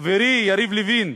חברי יריב לוין,